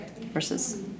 versus